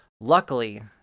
Luckily